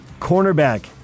cornerback